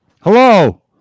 Hello